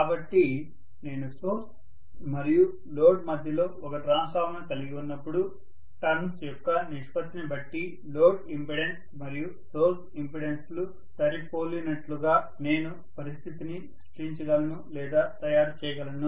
కాబట్టి నేను సోర్స్ మరియు లోడ్ మధ్యలో ఒక ట్రాన్స్ఫార్మర్ను కలిగి ఉన్నప్పుడు టర్న్స్ యొక్క నిష్పత్తిని బట్టి లోడ్ ఇంపెడెన్స్ మరియు సోర్స్ ఇంపెడెన్స్లు సరిపోలినట్లుగా నేను పరిస్థితిని సృష్టించగలను లేదా తయారు చేయగలను